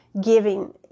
giving